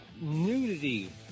nudity